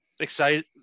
excited